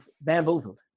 bamboozled